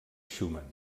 schumann